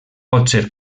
potser